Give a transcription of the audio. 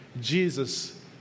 Jesus